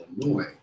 Illinois